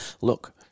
look